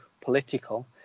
political